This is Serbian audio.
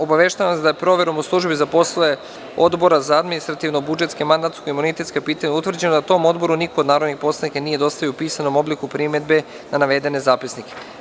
Obaveštavam vas da je proverom u Službi za poslove Odbora za administrativno-budžetska i mandatno-imunitetska pitanja utvrđeno da tom Odboru niko od narodnih poslanika nije dostavio u pisanom obliku primedbe na navedene zapisnike.